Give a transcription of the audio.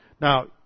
Now